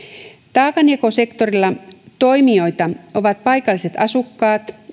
taakanjakosektorilla toimijoita ovat paikalliset asukkaat